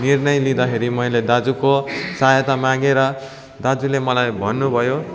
निर्णय लिँदाखेरि मैले दाजुको सहायता मागेँ र दाजुले मलाई भन्नुभयो